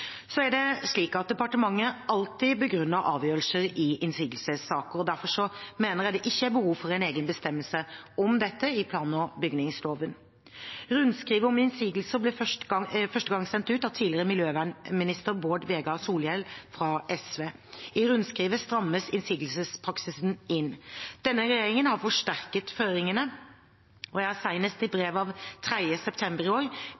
Så er det slik at departementet alltid begrunner avgjørelser i innsigelsessaker. Derfor mener jeg det ikke er behov for en egen bestemmelse om dette i plan- og bygningsloven. Rundskrivet om innsigelser ble første gang sendt ut av tidligere miljøvernminister Bård Vegard Solhjell fra SV. I rundskrivet strammes innsigelsespraksisen inn. Denne regjeringen har forsterket føringene, og jeg har senest i brev av 3. september i år